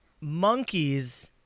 monkeys